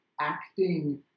acting